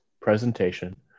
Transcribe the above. presentation